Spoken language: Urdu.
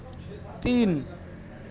تین